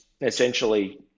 essentially